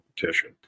competition